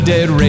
Dead